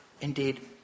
indeed